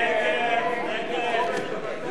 רונית תירוש מורידה.